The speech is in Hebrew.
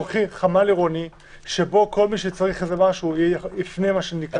אני רואה בעיני רוחי חמ"ל עירוני שבו כל מי שצריך משהו יפנה אליו.